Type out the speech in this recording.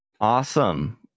Awesome